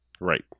Right